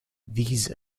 these